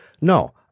No